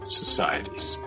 societies